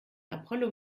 apollo